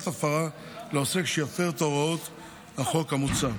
הפרה לעוסק שיפר את הוראות החוק המוצע.